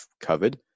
covered